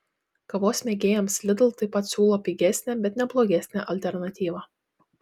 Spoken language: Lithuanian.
kavos mėgėjams lidl taip pat siūlo pigesnę bet ne blogesnę alternatyvą